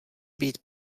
být